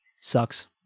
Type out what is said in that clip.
sucks